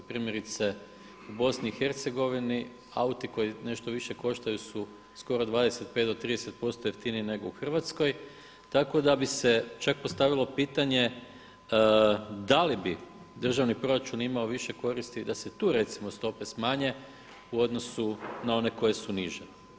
Primjerice u Bosni i Hercegovini, auto koji nešto više koštaju su skoro 25 do 30 posto jeftiniji nego u Hrvatskoj, tako da bi se čak postavilo pitanje da li bi državni proračun imao više koristi da se tu recimo stope smanje u odnosu na one koje su niže.